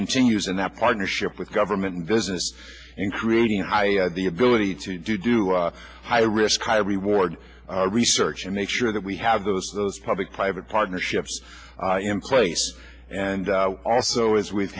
continues in that partnership with government and business in creating high the ability to do high risk high reward research and make sure that we have those those public private partnerships in place and also as we've